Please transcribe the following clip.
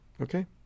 Okay